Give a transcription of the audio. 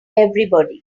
everybody